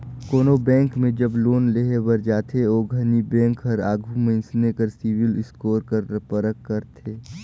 कोनो बेंक में जब लोन लेहे बर जाथे ओ घनी बेंक हर आघु मइनसे कर सिविल स्कोर कर परख करथे